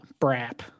brap